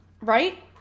right